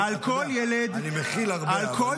אני מכיל הרבה, אבל לא מטורף.